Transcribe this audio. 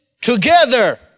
together